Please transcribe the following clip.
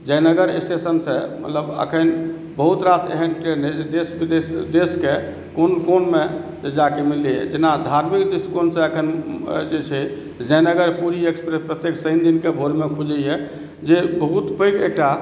जयनगर स्टेशनसँ मतलब एखन बहुत रास एहन ट्रेन अइ जे देश विदेश देशके कोन कोनमे जाकऽ मिलैए जेना धार्मिक दृष्टिकोणसँ एखन जे छै जयनगर पुरी एक्सप्रेस प्रत्येक शनि दिनके भोरमे खुजैए जे बहुत पैघ एकटा